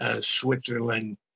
Switzerland